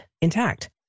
intact